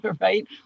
right